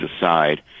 aside